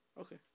Okay